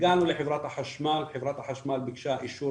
הגענו לחברת החשמל, חברת החשמל ביקשה אישור